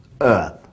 earth